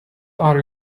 are